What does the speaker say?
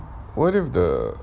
what if the